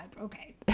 Okay